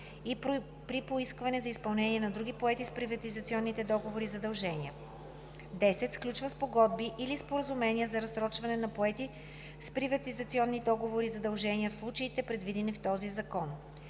и при поискване за изпълнение на други поети с приватизационните договори задължения; 10. сключва спогодби или споразумения за разсрочване на поети с приватизационните договори задължения в случаите, предвидени в този закон;